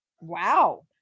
wow